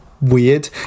weird